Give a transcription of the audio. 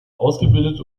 ausgebildet